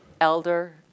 elder